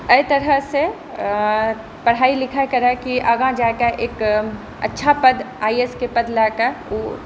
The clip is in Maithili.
एहि तरहसँ पढ़ाइ लिखाइ करै कि आगाँ जा कऽ एक अच्छा पद आइ ए एस के पद लऽ कऽ ओ